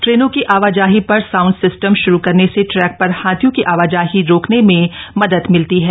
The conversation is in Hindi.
ट्रेनों की आवाजाही पर साउंड सिस्टम शुरू करने से ट्रैक पर हाथियों की आवाजाही रोकने में मदद मिलती है